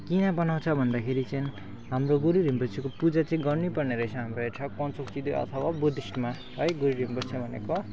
किन बनाउँछ भन्दाखेरि चाहिँ हाम्रो गुरु रिम्पोछेको पूजा चाहिँ गर्नैपर्ने रहेछ हाम्रो यहाँ अथवा बुद्धिस्टमा है गुरु रिम्पोछे भनेको